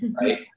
Right